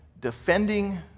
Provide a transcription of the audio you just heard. defending